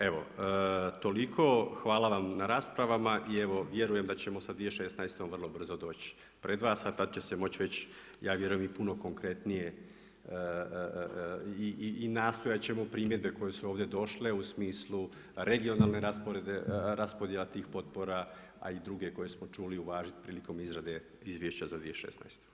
Evo toliko, hvala vam na raspravama i vjerujem da ćemo sa 2016. vrlo brzo doći pred vas, a tada će se moći već ja vjerujem i puno konkretnije i nastojat ćemo primjedbe koje su ovdje došle u smislu regionalne raspodjela tih potpora, a i druge koje smo čuli uvažiti prilikom izrade izvješća za 2016.